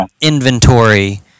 inventory